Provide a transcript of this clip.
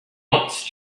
wants